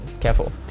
careful